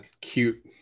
cute